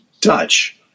Dutch